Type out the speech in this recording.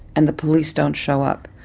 and the police don't show up.